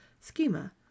schema